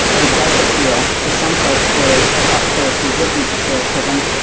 and it does appeal to some folks, whereas talk therapy wouldn't appeal to them.